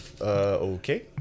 okay